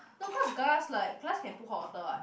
no cause glass like glass can put hot water what